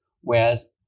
whereas